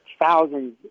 thousands